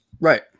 Right